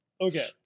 okay